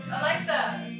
Alexa